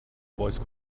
voice